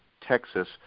Texas